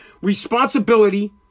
responsibility